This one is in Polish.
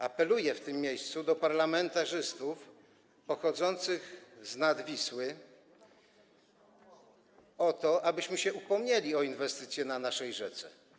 Apeluję w tym miejscu do parlamentarzystów pochodzących znad Wisły o to, abyśmy się upomnieli o inwestycje na naszej rzece.